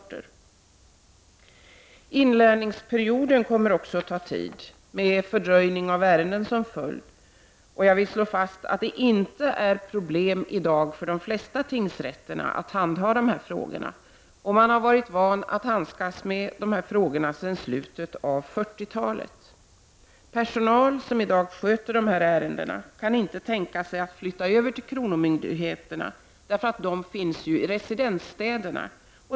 Även inlärningsperioden kommer att ta sin tid, med fördröjning av ärenden som följd. Jag vill slå fast att det inte är något problem i dag för de flesta tingsrätterna att handha dessa frågor som man haft vana vid att handskas med sedan slutet av 40-talet. Personal, som i dag sköter dessa ärenden på tingsrätterna, har klart uttalat att man inte kan tänka sig att flytta över till kronofogdemyndigheterna i residensstäderna.